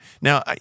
Now